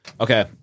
Okay